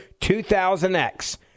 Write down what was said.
2000X